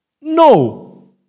No